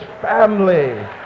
family